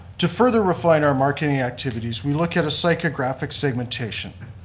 to further refine our marketing activities, we look at a psychographic segmentation.